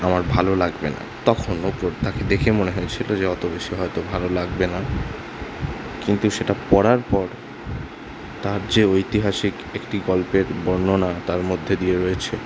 আমার ভালো লাগবে না তখন ওপর তাকে দেখে মনে হয়েছিলো যে অত বেশি হয়তো ভালো লাগবে না কিন্তু সেটা পড়ার পর তার যে ঐতিহাসিক একটি গল্পের বর্ণনা তার মধ্যে দিয়ে রয়েছে